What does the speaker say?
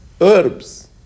herbs